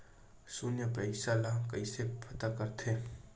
शून्य पईसा ला कइसे पता करथे?